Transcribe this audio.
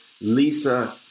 Lisa